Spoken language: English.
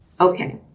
Okay